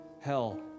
hell